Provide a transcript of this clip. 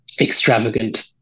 extravagant